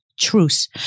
truce